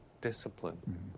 discipline